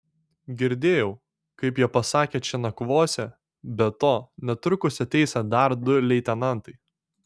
girdėjau kaip jie pasakė čia nakvosią be to netrukus ateisią dar du leitenantai